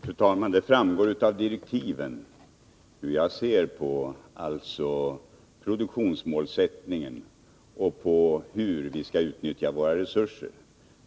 Fru talman! Det framgår av direktiven hur jag ser på produktionsmålsättningen och på hur vi skall utnyttja våra resurser.